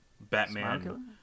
Batman